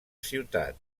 ciutat